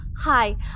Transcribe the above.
Hi